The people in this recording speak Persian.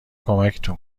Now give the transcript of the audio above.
کمکتون